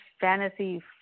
fantasy